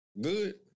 good